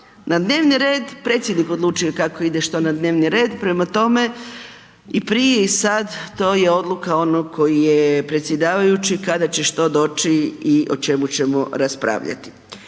na dnevni red, predsjednik odlučuje kako ide što na dnevni red, prema tome, i prije i sad, to je odluka onog koji je predsjedavajući kada će što doći i o čemu ćemo raspravljati.